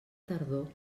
tardor